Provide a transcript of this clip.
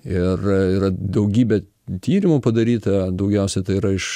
ir yra daugybė tyrimų padaryta daugiausia tai yra iš